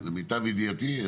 למיטב ידיעתי,